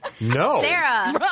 No